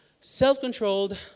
self-controlled